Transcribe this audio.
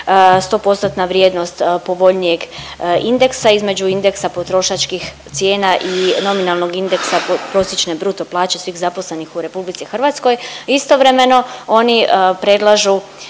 vrijednost povoljnijeg indeksa između indeksa potrošačkih cijena i nominalnog indeksa nominalne bruto plaće svih zaposlenih u Republici Hrvatskoj. Istovremeno oni predlažu